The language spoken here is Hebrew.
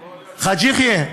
חאג' יחיא,